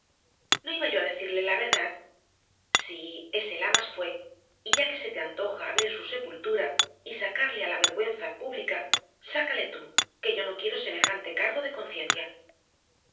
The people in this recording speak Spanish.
no iba yo á decirte la verdad sí ese lamas fué y ya que se te antoja abrir su sepultura y sacarle á la vergüenza pública sácale tú que yo no quiero semejante cargo de conciencia